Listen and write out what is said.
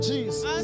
Jesus